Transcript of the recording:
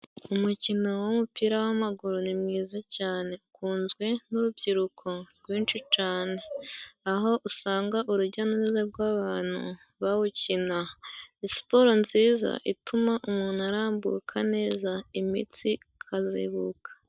Umukino w'umupira w'amaguru ni mwiza cyane ukunzwe n'urubyiruko rwinshi cane, aho usanga urujya n'uruza rw'abantu bawukina siporo nziza ituma umuntu arambuka neza imitsi ikazibuka.